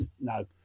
no